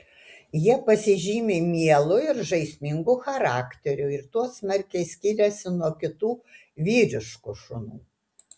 jie pasižymi mielu ir žaismingu charakteriu ir tuo smarkiai skiriasi nuo kitų vyriškų šunų